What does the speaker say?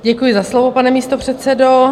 Děkuji za slovo, pane místopředsedo.